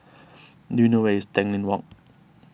do you know where is Tanglin Walk